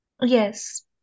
Yes